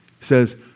says